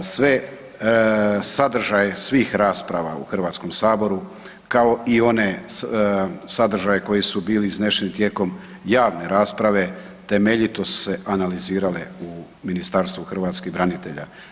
Sve sadržaje svih rasprava u Hrvatskom saboru kao i one sadržaje koji su bili iznesen tijekom javne rasprave, temeljito su se analizirale u Ministarstvu hrvatskih branitelja.